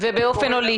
ובאופן הוליסטי.